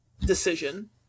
decision